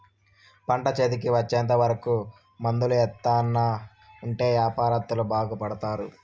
పంట చేతికి వచ్చేంత వరకు మందులు ఎత్తానే ఉంటే యాపారత్తులు బాగుపడుతారు